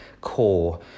core